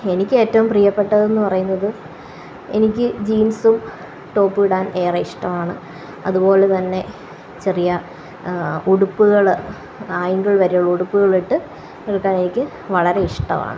എനിക്ക് ഏറ്റവും പ്രിയപ്പെട്ടതെന്നു പറയുന്നത് എനിക്ക് ജീന്സും ടോപ്പും ഇടാന് ഏറെ ഇഷ്ടമാണ് അതുപോലെ തന്നെ ചെറിയ ഉടുപ്പുകള് ആങ്കിൾ വരെയുള്ള ഉടുപ്പുകളിട്ട് നടക്കാനെനിക്ക് വളരെ ഇഷ്ടമാണ്